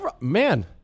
Man